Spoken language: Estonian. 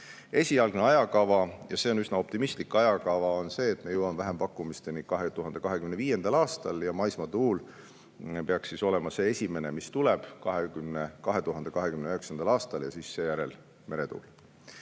Esialgne ajakava – ja see on üsna optimistlik ajakava – on selline, et me jõuame vähempakkumisteni 2025. aastal ja maismaatuul peaks olema see esimene, mis tuleb 2029. aastal, ja seejärel meretuul.